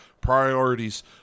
priorities